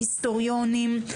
היסטוריונים,